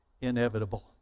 inevitable